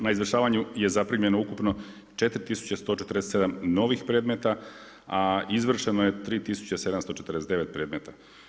Na izvršavanju je zaprimljeno ukupno 4147 novih predmeta, a izvršeno je 3749 predmeta.